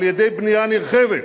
על-ידי בנייה נרחבת.